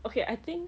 okay I think